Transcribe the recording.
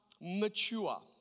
mature